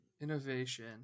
Innovation